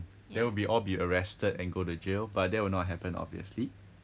then we will be all be arrested and go to jail but that will not happen obviously